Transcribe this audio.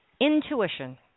intuition